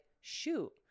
shoot